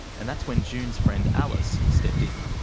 and that's when june's friend alice stepped in.